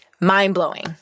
Mind-blowing